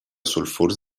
sulfurs